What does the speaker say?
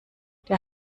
der